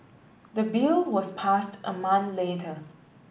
the bill was passed a month later